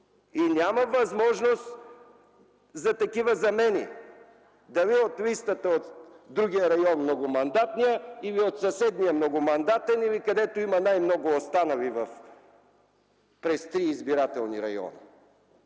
и няма възможност за такива замени дали от листата от другия район – многомандатния, или от съседния многомандатен, или където има най-много останали през три избирателни района.